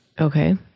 Okay